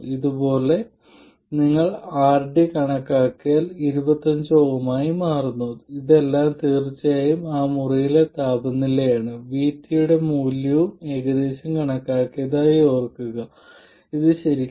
ഇത് Δ V2 ആണ് ഇത് Δ I2 ആയിരിക്കും ഇത് Δ I1 ആയിരിക്കും